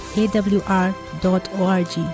awr.org